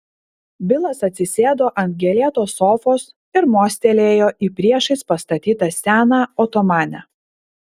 bilas atsisėdo ant gėlėtos sofos ir mostelėjo į priešais pastatytą seną otomanę